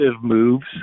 moves